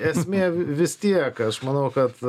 esmė vis tiek aš manau kad